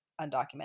undocumented